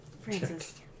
Francis